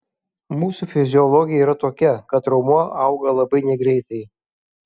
mūsų fiziologija yra tokia kad raumuo auga labai negreitai